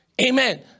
Amen